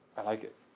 i like it.